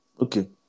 Okay